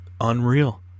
unreal